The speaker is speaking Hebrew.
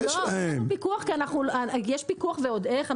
יש פיקוח ועוד איך,